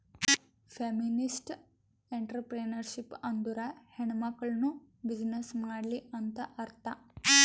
feminist entrepreneurship ಅಂದುರ್ ಹೆಣ್ಮಕುಳ್ನೂ business ಮಾಡ್ಲಿ ಅಂತ್ ಅರ್ಥಾ